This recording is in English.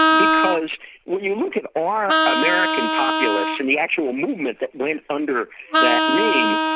because when you look at our american populists and the actual movement that went under that name,